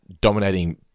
dominating